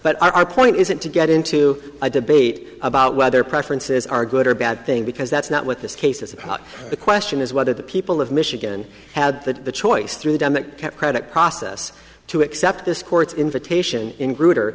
but our point isn't to get into a debate about whether preferences are good or bad thing because that's not what this case is about the question is whether the people of michigan had the choice through them that credit process to accept this court's invitation in